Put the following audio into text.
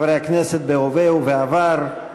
חברי הכנסת בהווה ובעבר,